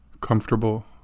comfortable